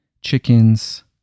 chickens